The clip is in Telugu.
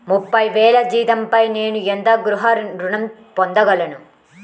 ముప్పై వేల జీతంపై నేను ఎంత గృహ ఋణం పొందగలను?